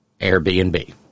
Airbnb